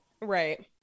right